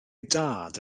dad